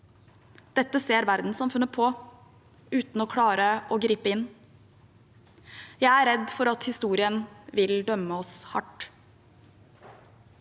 Dette ser verdenssamfunnet på uten å klare å gripe inn. Jeg er redd for at historien vil dømme oss hardt.